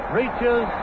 reaches